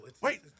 wait